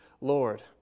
Lord